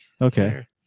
Okay